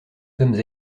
sommes